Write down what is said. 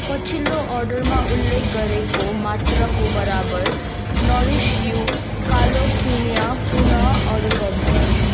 पछिल्लो अर्डरमा उल्लेख गरिएको मात्राको बराबर नरिस यू कालो क्विनोआ पुन अर्डर गर्नुहोस्